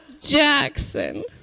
Jackson